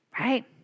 Right